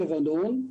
לבנון,